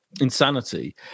Insanity